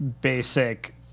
basic